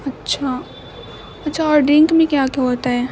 اچھا اچھا اور ڈرنک میں کیا کیا ہوتا ہے